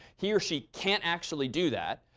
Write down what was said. he or she can't actually do that.